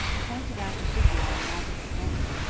pointed out the figure on the opposite bank,